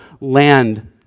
land